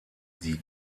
die